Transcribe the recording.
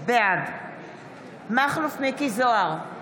בעד מכלוף מיקי זוהר,